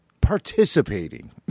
participating